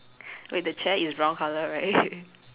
wait the chair is brown colour right